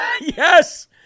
Yes